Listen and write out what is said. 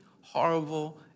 horrible